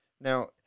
Now